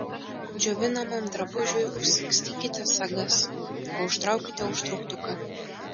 džiovinamam drabužiui užsagstykite sagas arba užtraukite užtrauktuką